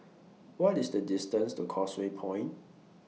What IS The distance to Causeway Point